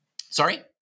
Sorry